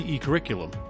curriculum